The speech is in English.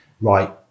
right